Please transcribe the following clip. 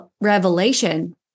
revelation